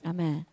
Amen